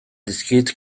dizkit